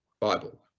Bible